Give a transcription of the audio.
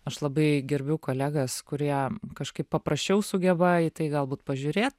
aš labai gerbiu kolegas kurie kažkaip paprasčiau sugeba į tai galbūt pažiūrėt